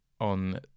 on